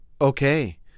Okay